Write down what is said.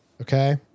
okay